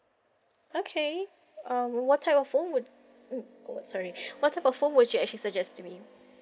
okay um what type of phone wou~ mm sorry what type of phone would you actually suggest to me